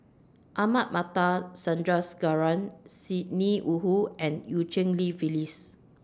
Ahmad Mattar Sandrasegaran Sidney Woodhull and EU Cheng Li Phyllis